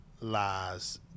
Lies